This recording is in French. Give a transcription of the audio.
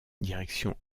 direction